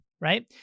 right